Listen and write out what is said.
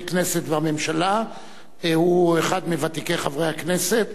כנסת והממשלה הוא אחד מוותיקי חברי הכנסת,